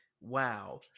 wow